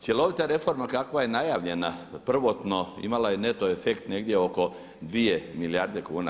Cjelovita reforma kakva je najavljena prvotno imala je neto efekt negdje oko 2 milijarde kuna.